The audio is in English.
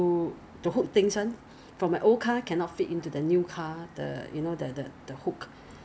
我忘记他买什么了买那种你懂那种 furniture very heavy then 要放那个轮子 under 你的那个 cardboard